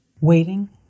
waiting